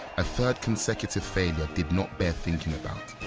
a third consecutive failure did not bear thinking about.